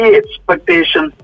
expectation